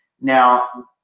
Now